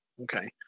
Okay